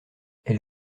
elle